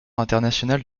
international